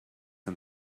and